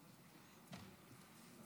ברכות ליושב-ראש.